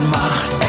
macht